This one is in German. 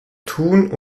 thun